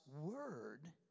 word